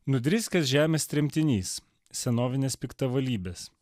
nudriskęs žemės tremtinys senovinės piktavalybės